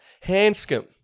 Hanscom